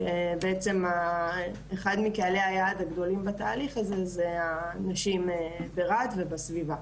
שבעצם אחד מקהלי היעד הגדולים בתהליך הזה הוא הנשים ברהט ובסביבה.